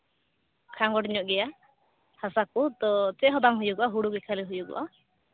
ᱠᱷᱟᱸᱜᱚᱴ ᱧᱚᱜ ᱜᱮᱭᱟ ᱦᱟᱥᱟ ᱠᱚ ᱛᱚ ᱪᱮᱫ ᱦᱚᱸ ᱵᱟᱝ ᱦᱩᱭᱩᱜᱼᱟ ᱦᱩᱲᱩ ᱜᱮ ᱠᱷᱟᱹᱞᱤ ᱦᱩᱭᱩᱜᱚᱜᱼᱟ